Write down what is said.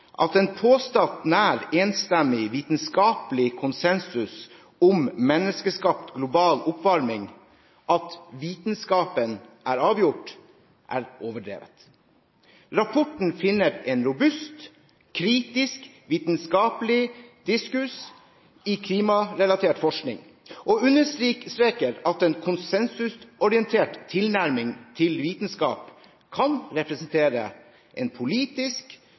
at en påstått nær enstemmig vitenskapelig konsensus om menneskeskapt global oppvarming, at «vitenskapen er avgjort», er overdrevet. Rapporten finner en robust, kritisk, vitenskapelig diskurs i klimarelatert forskning og understreker at en «konsensusorientert» tilnærming til vitenskap kan representere en politisk